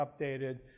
updated